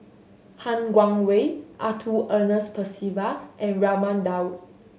Han Guangwei Arthur Ernest Percival and Raman Daud